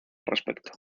respecto